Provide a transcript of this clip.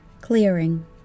Clearing